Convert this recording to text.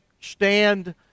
stand